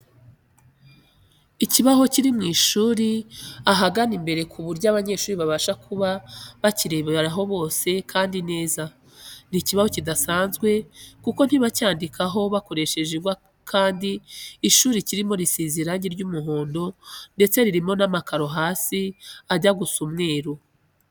Ikibaho kiri mu ishuri ahagana imbere ku buryo abanyeshuri babasha kuba bakirebaho bose kandi neza. Ni ikibaho kidasanzwe kuko ntibacyandikaho bakoresheje ingwa kandi ishuri kirimo risize irange ry'umuhondo ndetse ririmo n'amakaro hasi ajya gusa umweru.